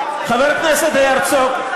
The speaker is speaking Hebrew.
חבר הכנסת הרצוג,